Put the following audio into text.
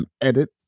Edit